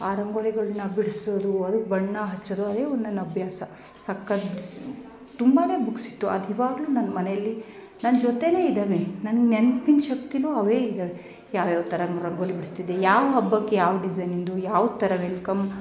ಆ ರಂಗೋಲಿಗಳನ್ನ ಬಿಡಿಸೋದು ಅದಕ್ಕೆ ಬಣ್ಣ ಹಚ್ಚೋದು ಅದೇ ಒಂದು ನನ್ನ ಅಭ್ಯಾಸ ಸಕ್ಕತ್ ತುಂಬಾ ಬುಕ್ಸ್ ಇತ್ತು ಅದು ಇವಾಗ್ಲೂ ನನ್ನ ಮನೇಲಿ ನನ್ನ ಜೊತೇಲೆ ಇದ್ದಾವೆ ನನ್ನ ನೆನಪಿನ ಶಕ್ತಿನೂ ಅವೇ ಇದ್ದಾವೆ ಯಾವ ಯಾವ ಥರ ರಂಗೋಲಿ ಬಿಡಿಸ್ತಿದ್ದೆ ಯಾವ ಹಬ್ಬಕ್ಕೆ ಯಾವ ಡಿಸೈನಿಂದು ಯಾವ ಥರ ವೆಲ್ಕಮ್